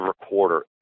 recorder